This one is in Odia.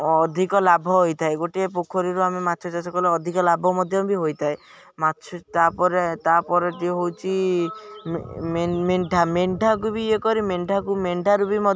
ଅଧିକ ଲାଭ ହୋଇଥାଏ ଗୋଟିଏ ପୋଖରୀରୁ ଆମେ ମାଛ ଚାଷ କଲେ ଅଧିକ ଲାଭ ମଧ୍ୟ ବି ହୋଇଥାଏ ମାଛ ତାପରେ ତାପରଟି ହେଉଛି ମେଣ୍ଢା ମେଣ୍ଢାକୁ ବି ଇଏ କରି ମେଣ୍ଢାକୁ ମେଣ୍ଢାରୁ ବି ମଧ୍ୟ